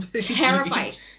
terrified